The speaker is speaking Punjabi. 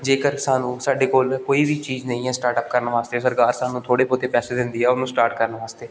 ਜੇਕਰ ਸਾਨੂੰ ਸਾਡੇ ਕੋਲ ਕੋਈ ਵੀ ਚੀਜ਼ ਨਹੀਂ ਹੈ ਸਟਾਰਟ ਅਪ ਕਰਨ ਵਾਸਤੇ ਸਰਕਾਰ ਸਾਨੂੰ ਥੋੜ੍ਹੇ ਬਹੁਤੇ ਪੈਸੇ ਦਿੰਦੀ ਆ ਉਹਨੂੰ ਸਟਾਰਟ ਕਰਨ ਵਾਸਤੇ